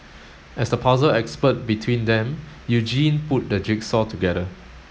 as the puzzle expert between them Eugene put the jigsaw together